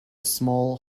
small